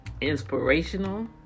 inspirational